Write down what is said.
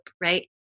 right